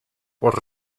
por